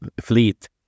fleet